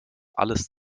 alles